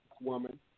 woman